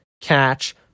catch